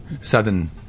southern